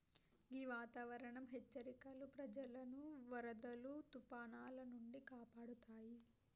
గీ వాతావరనం హెచ్చరికలు ప్రజలను వరదలు తుఫానాల నుండి కాపాడుతాయి